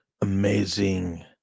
amazing